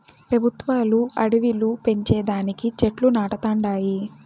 పెబుత్వాలు అడివిలు పెంచే దానికి చెట్లు నాటతండాయి